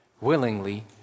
willingly